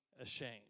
ashamed